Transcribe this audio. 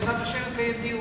בעזרת השם אני אקיים דיון.